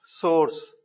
source